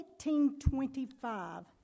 1825